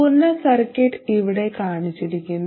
പൂർണ്ണ സർക്യൂട്ട് ഇവിടെ കാണിച്ചിരിക്കുന്നു